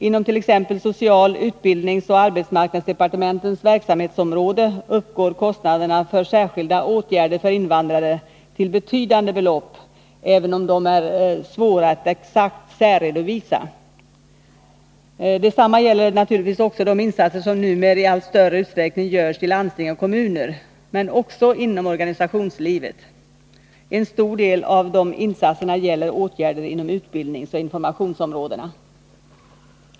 Inom t.ex. social-, utbildningsoch arbetsmarknadsdepartementens verksamhetsområden uppgår kostnaderna för särskilda åtgärder för invandrare till betydande belopp, även om de är svåra att exakt särredovisa. Detsamma gäller naturligtvis också de insatser som numera i allt större utsträckning görs av landsting och kommuner men också i organisationslivet. En stor del av dessa insatser gäller åtgärder inom utbildningsoch informationsområdena.